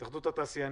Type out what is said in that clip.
התאחדות התעשיינים.